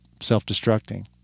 self-destructing